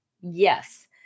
Yes